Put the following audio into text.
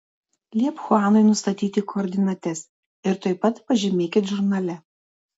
liepk chuanui nustatyti koordinates ir tuoj pat pažymėkit žurnale